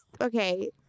okay